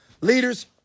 leaders